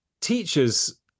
teachers